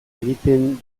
egiten